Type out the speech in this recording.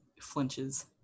flinches